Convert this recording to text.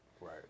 Right